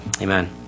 amen